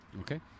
Okay